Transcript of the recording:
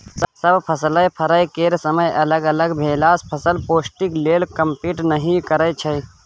सब फसलक फरय केर समय अलग अलग भेलासँ फसल पौष्टिक लेल कंपीट नहि करय छै